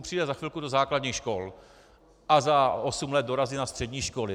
Boom přijde za chvilku do základních škol a za osm let dorazí na střední školy.